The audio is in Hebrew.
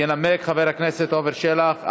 ינמק חבר הכנסת עפר שלח.